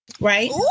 Right